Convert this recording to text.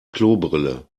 klobrille